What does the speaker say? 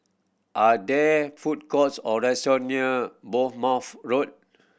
are there food courts or restaurant near Bournemouth Road